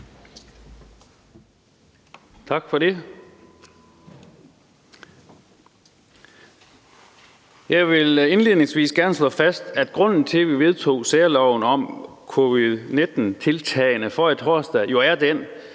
Tak for det. Jeg vil indledningsvis gerne slå fast, at grunden til, at vi vedtog særloven om covid-19-tiltagene forrige torsdag, jo er den,